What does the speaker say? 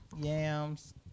yams